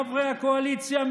חברי הקואליציה,